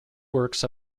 works